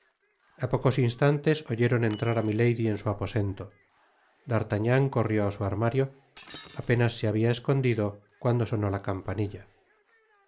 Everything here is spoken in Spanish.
a pocos instantes oyeron entrar á milady en su aposento d'artagnan corrió á su armario apenas se habia escondido cuando sonó la campanilla